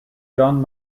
john